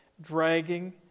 dragging